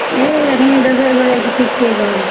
हइ एखन दोसर गोरेके ठीक करि रहल छिए